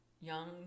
young